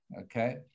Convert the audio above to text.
okay